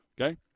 Okay